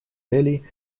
целей